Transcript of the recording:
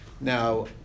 now